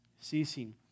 ceasing